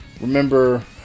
remember